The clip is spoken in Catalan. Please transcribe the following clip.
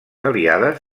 aliades